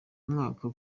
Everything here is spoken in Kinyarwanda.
mwaka